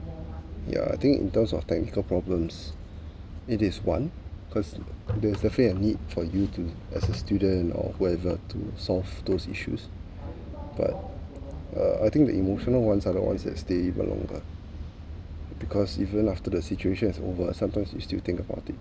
yeah I think in terms of technical problems it is one cause there is the fear and need for you to as a student or whoever to solve those issues but uh I think the emotional ones otherwise at stay for longer because even after the situation has over sometimes you still think about it